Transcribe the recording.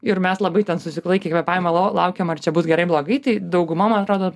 ir mes labai ten sulaikę kvėpavimą laukėm ar čia bus gerai ar blogai tai dauguma man atrodo